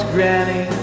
Granny